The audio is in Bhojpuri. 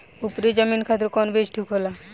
उपरी जमीन खातिर कौन बीज ठीक होला?